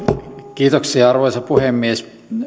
arvoisa puhemies